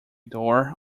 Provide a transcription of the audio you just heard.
door